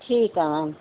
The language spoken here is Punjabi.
ਠੀਕ ਹੈ ਮੈਮ